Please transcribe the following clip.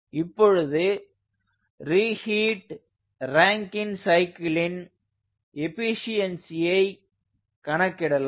இப்பொழுது reheat Rankine சைக்கிளின் எஃபீஷியன்ஸியை கணக்கிடலாம்